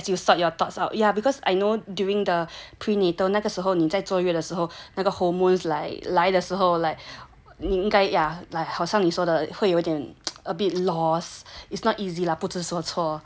but as long as you start your thoughts out yeah because I know during the pre natal 那个时候您在作月的时候那个 hormones like 来的时候 like 你应该 ya like 好像你说的会有点 a bit lost it's not easy lah 不知所措真的是